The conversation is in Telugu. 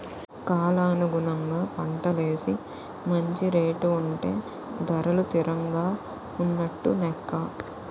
కాలానుగుణంగా పంటలేసి మంచి రేటు ఉంటే ధరలు తిరంగా ఉన్నట్టు నెక్క